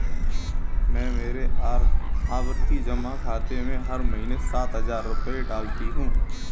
मैं मेरे आवर्ती जमा खाते में हर महीने सात हजार रुपए डालती हूँ